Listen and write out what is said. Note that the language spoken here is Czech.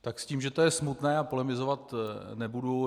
S tím, že to je smutné, polemizovat nebudu.